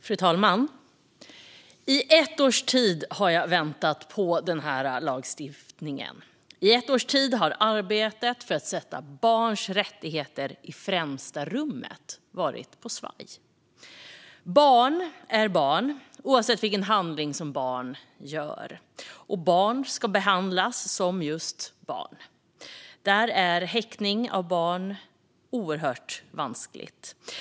Fru talman! I ett års tid har jag väntat på den här lagstiftningen. I ett års tid har arbetet för att sätta barns rättigheter i främsta rummet varit på svaj. Barn är barn oavsett vilken handling som barnen begår, och barn ska behandlas som just barn. Häktning av barn är oerhört vanskligt.